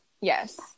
Yes